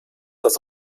das